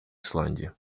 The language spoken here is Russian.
исландии